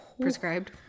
prescribed